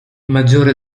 maggiore